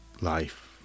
life